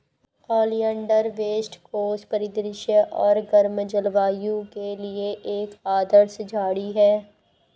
oleander west coast परिदृश्य और गर्म जलवायु के लिए एक आदर्श झाड़ी है